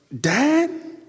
Dad